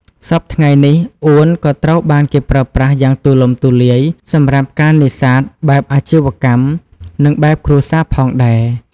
សព្វថ្ងៃនេះ អួនក៏ត្រូវបានគេប្រើប្រាស់យ៉ាងទូលំទូលាយសម្រាប់ការនេសាទបែបអាជីវកម្ម និងបែបគ្រួសារផងដែរ។